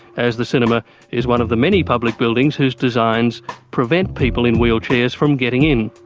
as the cinema is one of the many public buildings whose designs prevent people in wheelchairs from getting in.